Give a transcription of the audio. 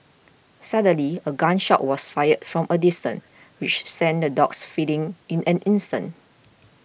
suddenly a gun shot was fired from a distance which sent the dogs fleeing in an instant